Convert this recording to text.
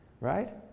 right